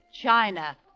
China